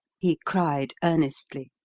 he cried earnestly,